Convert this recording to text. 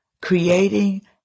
creating